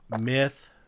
myth